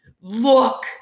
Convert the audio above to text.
Look